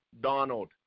Donald